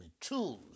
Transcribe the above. Tools